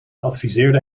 adviseerde